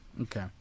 Okay